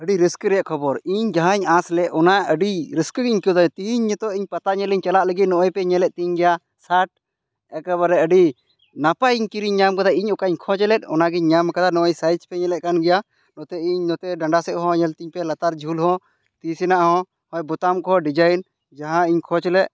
ᱟᱹᱰᱤ ᱨᱟᱹᱥᱠᱟᱹ ᱨᱮᱭᱟᱜ ᱠᱷᱚᱵᱚᱨ ᱤᱧ ᱡᱟᱦᱟᱸᱧ ᱟᱥ ᱞᱮᱫ ᱚᱱᱟ ᱟᱹᱰᱤ ᱨᱟᱹᱥᱠᱟᱹ ᱜᱤᱧ ᱟᱹᱭᱠᱟᱹᱣᱮᱫᱟ ᱛᱤᱦᱤᱧ ᱱᱤᱛᱚᱜ ᱤᱧ ᱯᱟᱛᱟ ᱧᱮᱞᱤᱧ ᱪᱟᱞᱟᱜ ᱞᱟᱹᱜᱤᱫ ᱱᱚᱜ ᱚᱭ ᱯᱮ ᱧᱮᱞᱮᱫ ᱛᱤᱧ ᱜᱮᱭᱟ ᱥᱟᱴ ᱮᱠᱮᱵᱟᱨᱮ ᱟᱹᱰᱤ ᱱᱟᱯᱟᱭᱤᱧ ᱠᱤᱨᱤᱧ ᱧᱟᱢ ᱟᱠᱟᱫᱟ ᱤᱧ ᱚᱠᱟᱧ ᱠᱷᱚᱡ ᱞᱮᱫ ᱚᱱᱟᱜᱤᱧ ᱧᱟᱢ ᱟᱠᱟᱫᱟ ᱱᱚᱜᱚᱭ ᱥᱟᱭᱤᱡ ᱯᱮ ᱧᱮᱞᱮᱫ ᱠᱟᱱ ᱜᱮᱭᱟ ᱱᱚᱛᱮ ᱱᱚᱛᱮ ᱰᱟᱸᱰᱟ ᱥᱮᱡ ᱦᱚᱸ ᱧᱮᱞ ᱛᱤᱧ ᱯᱮ ᱞᱟᱛᱟᱨ ᱡᱷᱩᱞ ᱦᱚᱸ ᱛᱤ ᱥᱮᱱᱟᱜ ᱦᱚᱸ ᱵᱚᱛᱟᱢ ᱠᱚᱦᱚᱸ ᱰᱤᱡᱟᱭᱤᱱ ᱡᱟᱦᱟᱸ ᱤᱧ ᱠᱷᱚᱡ ᱞᱮᱫ